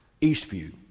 Eastview